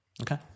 Okay